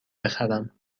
بخرم